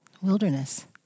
Wilderness